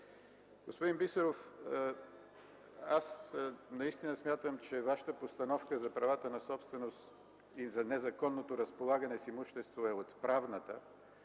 Господин Бисеров, наистина смятам, че Вашата постановка за правата на собственост и за незаконното разполагане с имущество е отправната.